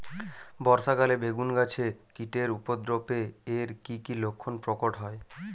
বর্ষা কালে বেগুন গাছে কীটের উপদ্রবে এর কী কী লক্ষণ প্রকট হয়?